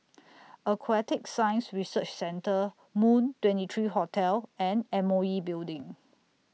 Aquatic Science Research Centre Moon twenty three Hotel and M O E Building